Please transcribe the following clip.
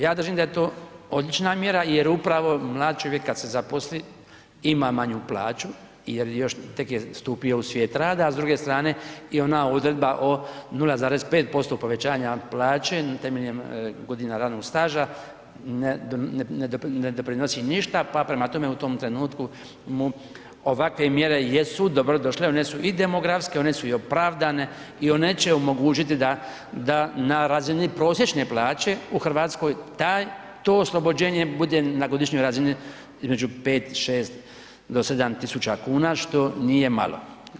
Ja držim da je to odlična mjera jer upravo mlad čovjek kad se zaposli ima manju plaću jer još, tek je stupio u svijet rada, a s druge strane i ona odredba od 0,5% povećanja plaće temeljem godina radnog staža ne doprinosi ništa, pa prema tome, u tom trenutku ovakve mjeru jesu dobrodošle, one su i demografske, one su i opravdane i one će omogućiti da na razini prosječne plaće u Hrvatskoj to oslobođenje bude na godišnjoj razini između 5, 6, do 7 tisuća kuna, što nije malo.